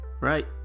Right